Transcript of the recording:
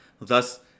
Thus